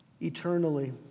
eternally